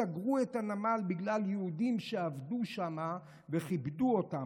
סגרו את הנמל בגלל יהודים שעבדו שם וכיבדו אותם,